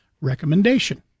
recommendation